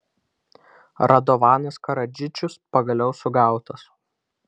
radovanas karadžičius pagaliau sugautas